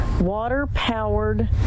water-powered